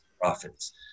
profits